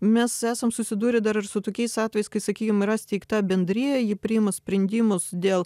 mes esam susidūrę dar ir su tokiais atvejais kai sakykim yra įsteigta bendrija ji priima sprendimus dėl